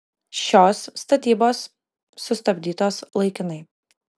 šios statybos sustabdytos laikinai